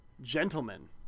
gentlemen